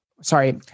sorry